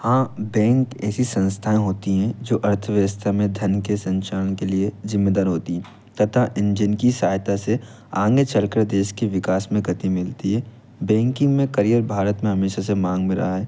हाँ बैंक ऐसी संस्थाएँ होती हैं जो अर्थव्यवस्था में धन के संक्षरण के लिए ज़िम्मेदार होती है तथा इन जिनकी सहायता से आंगे चल कर देश के विकास में गति मिलती है बैंकिंग में करियर भारत में हमेशा से मांग में रहा है